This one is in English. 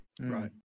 right